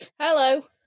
hello